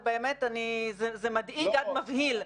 זה באמת מדאיג עד מבהיל.